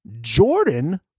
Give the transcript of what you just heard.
Jordan